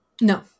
No